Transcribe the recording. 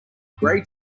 gray